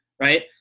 Right